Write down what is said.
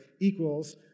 equals